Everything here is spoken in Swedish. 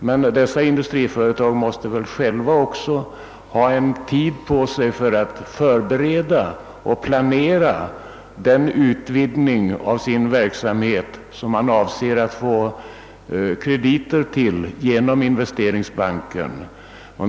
Men dessa industriföretag måste väl själva ha tid på sig för att förbereda och planera den utvidgning av verksamheten, för vilken man avser att få krediter genom Investeringsbanken.